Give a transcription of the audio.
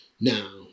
Now